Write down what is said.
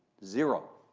zero.